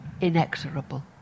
inexorable